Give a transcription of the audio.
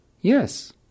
Yes